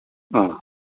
ആ